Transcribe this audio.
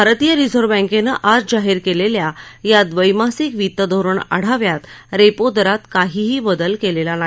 भारतीय रिजव्ह बँकेनं आज जाहीर केलेल्या या द्वैमासिक वित्तधोरण आढाव्यात रेपो दरात काहीही बदल केलेला नाही